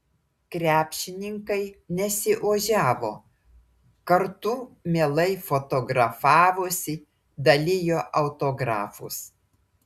krepšininkai nesiožiavo kartu mielai fotografavosi dalijo autografus